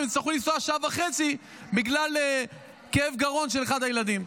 הם יצטרכו לנסוע שעה וחצי בגלל כאב גרון של אחד הילדים.